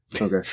Okay